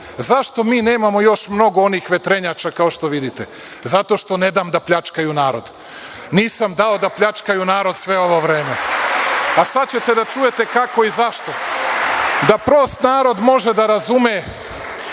Zašto mi nemamo još mnogo onih vetrenjača, kao što vidite, jer ne dam da pljačkaju narod. Nisam dao da pljačkaju narod sve ovo vreme. Sada ćete da čujete kako i zašto da prost narod može da razume,